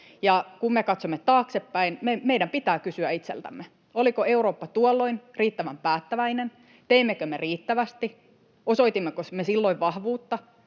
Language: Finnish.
kun me katsomme taaksepäin, meidän pitää kysyä itseltämme: Oliko Eurooppa tuolloin riittävän päättäväinen? Teimmekö me riittävästi? Osoitimmeko me silloin vahvuutta,